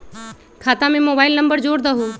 खाता में mobile number जोड़ दहु?